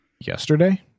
yesterday